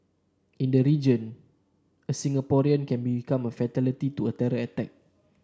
in the region a Singaporean became a fatality to a terror attack